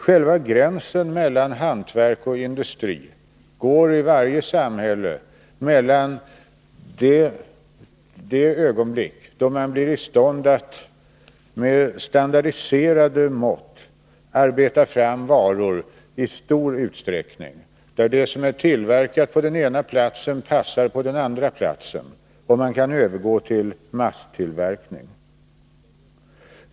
Själva gränsen mellan hantverk och industri går i varje samhälle mellan det ögonblick då man blir i stånd att med standardiserade mått arbeta fram varor i stor utsträckning, där det som är tillverkat på den ena platsen passar på den andra platsen och man kan övergå till masstillverkning.